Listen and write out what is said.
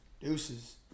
Deuces